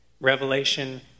Revelation